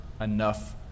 enough